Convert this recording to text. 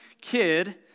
kid